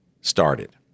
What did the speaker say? started